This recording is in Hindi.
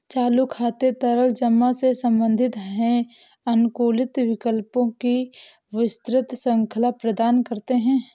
चालू खाते तरल जमा से संबंधित हैं, अनुकूलित विकल्पों की विस्तृत श्रृंखला प्रदान करते हैं